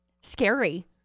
scary